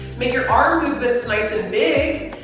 make your arm and but nice and big